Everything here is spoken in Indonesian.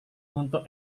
untuk